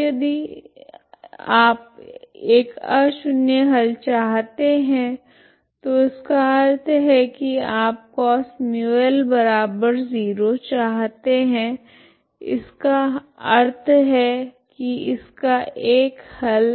तो यदि आप एक अशून्य हल चाहते है तो इसका अर्थ है की आप cos μL0 चाहते है इसका अर्थ है की इसका एक हल